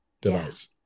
device